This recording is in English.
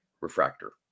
Refractor